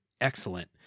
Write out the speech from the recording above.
excellent